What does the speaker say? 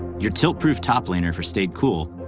your tilt-proof top laner for stayed cool,